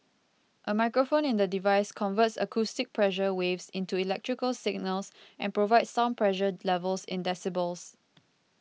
a microphone in the device converts acoustic pressure waves into electrical signals and provides sound pressure levels in decibels